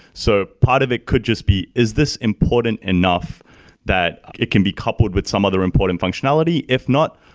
so part of it could just be, is this important enough that it can be coupled with some other important functionality? if not,